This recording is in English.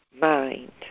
mind